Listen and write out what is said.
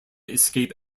escape